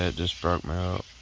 ah just broke me up